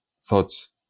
thoughts